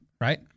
right